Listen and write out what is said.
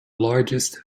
largest